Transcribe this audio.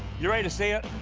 you ready to see it?